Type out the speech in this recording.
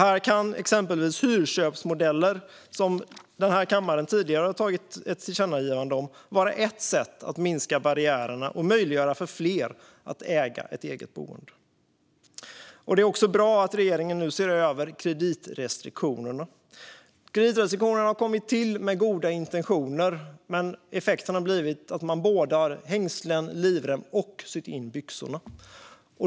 Hyrköpsmodeller, som kammaren tidigare gjort ett tillkännagivande om, kan vara ett sätt att minska barriärerna och möjliggöra för fler att äga sitt eget boende. Det är också bra att regeringen ser över kreditrestriktionerna. De kom till med goda intentioner, men effekten har blivit att man har såväl hängslen och livrem som insydda byxor.